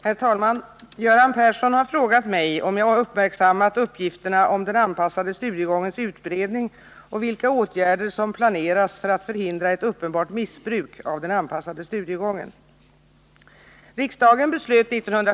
Herr talman! Göran Persson har frågat mig om jag uppmärksammat uppgifterna om den anpassade studiegångens utbredning och vilka åtgärder som planeras för att förhindra ett uppenbart missbruk av den anpassade studiegången.